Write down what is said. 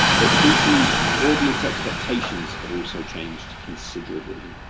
but crucially audience expectations have also changed considerably.